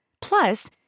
Plus